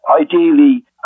ideally